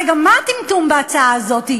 הרי, גם מה הטמטום בהצעה הזאת?